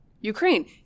Ukraine